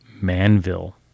Manville